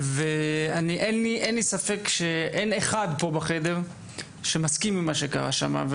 אין לי ספק שאין אחד פה בחדר שמסכים עם מה שקרה שם.